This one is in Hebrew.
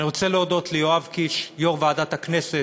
אני רוצה להודות ליואב קיש, יושב-ראש ועדת הכנסת,